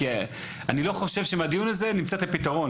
אני לא חושב שמהדיון הזה נמצא את הפתרון,